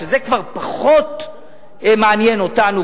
וזה כבר פחות מעניין אותנו,